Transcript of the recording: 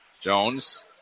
Jones